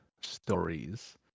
stories